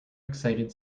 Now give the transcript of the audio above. excited